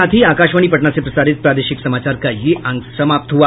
इसके साथ ही आकाशवाणी पटना से प्रसारित प्रादेशिक समाचार का ये अंक समाप्त हुआ